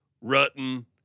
rotten